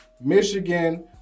Michigan